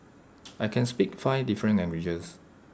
I can speak five different languages